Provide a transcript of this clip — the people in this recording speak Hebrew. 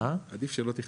עדיף שלא תכתוב.